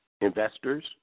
investors